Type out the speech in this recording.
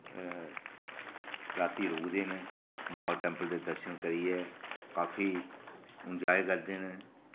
राती रुकदे न नाग टैम्पल दे दर्शन करियै काफी एन्जाय करदे न